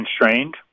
constrained